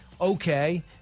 Okay